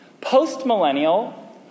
post-millennial